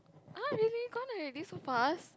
!huh! really gone already so fast